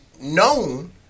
known